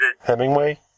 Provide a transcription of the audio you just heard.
Hemingway